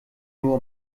nur